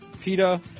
PETA